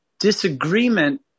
disagreement